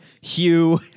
Hugh